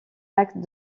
actes